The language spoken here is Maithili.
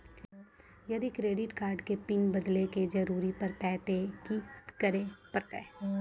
यदि क्रेडिट कार्ड के पिन बदले के जरूरी परतै ते की करे परतै?